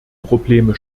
probleme